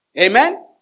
Amen